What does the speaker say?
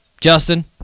Justin